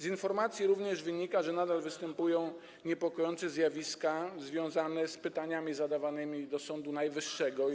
Z informacji również wynika, że nadal występują niepokojące zjawiska związane z pytaniami zadawanymi Sądowi Najwyższemu.